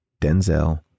denzel